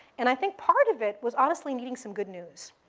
and i think part of it was honestly needed some good news.